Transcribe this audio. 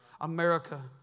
America